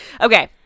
okay